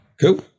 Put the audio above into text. Cool